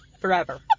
forever